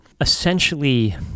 essentially